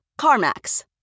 CarMax